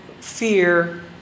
fear